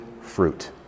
fruit